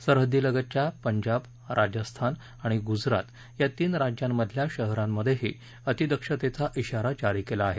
सरहदीलगतच्या पंजाब राजस्थान आणि गुजरात या तीन राज्यांमधल्या शहरांमध्येही अतिदक्षतेचा धिगारा जारी केला आहे